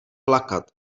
plakat